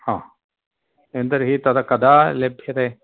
हा न तर्हि तदा कदा लभ्यते